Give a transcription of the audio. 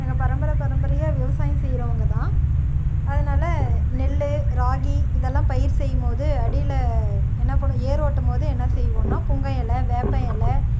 நாங்கள் பரம்பரை பரம்பரையாக விவசாயம் செய்கிறவங்கதான் அதனால் நெல் ராகி இதெல்லாம் பயிர் செய்யும்போது அடியில் என்ன பண்ணு ஏர் ஓட்டும்போது என்ன செய்வோன்னால் புங்க இல வேப்ப இல